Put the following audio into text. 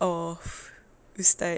of ustaz